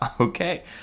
Okay